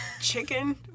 chicken